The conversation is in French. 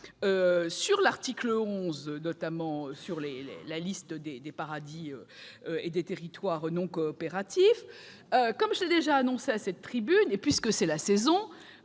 en particulier, concernant la liste des paradis et des territoires non coopératifs, comme je l'ai déjà dit à cette tribune et puisque c'est la saison,